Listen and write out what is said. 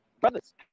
brothers